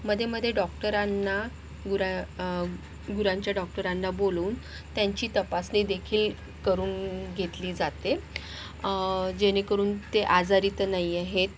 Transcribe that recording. मधेमधे डॉक्टरांना गुरा गुरांच्या डॉक्टरांना बोलवून त्यांची तपासणीदेखील करून घेतली जाते जेणेकरून ते आजारी तर नाही आहेत